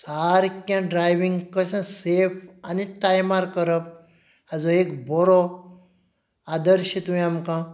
सारकें ड्रायवींग कशें सेफ आनी टायमार करप हाचो एक बरो आदर्श तुवें आमकां